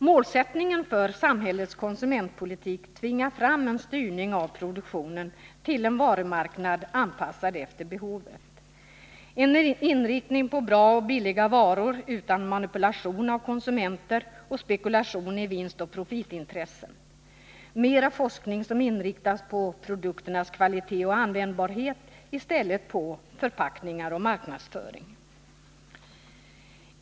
Målsättningen för samhällets konsumentpolitik tvingar fram en styrning av produktionen till en varumarknad anpassad efter behovet — inriktning på bra och billiga varor utan manipulation av konsumenter och spekulation i vinst och profitintressen, mera forskning som inriktas på produkternas kvalitet och användbarhet i stället för på förpackningar och marknadsföring.